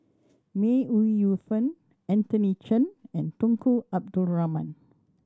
May Ooi Yu Fen Anthony Chen and Tunku Abdul Rahman